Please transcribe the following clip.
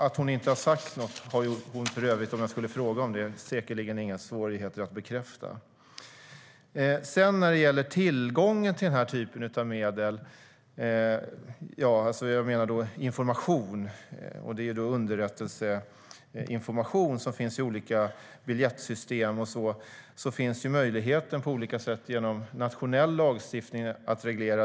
Att hon inte har sagt något har hon för övrigt, om jag skulle fråga om det, säkerligen inga svårigheter att bekräfta. Vad gäller tillgången till denna typ av underrättelseinformation i olika biljettsystem finns möjligheten att reglera det i nationell lagstiftning.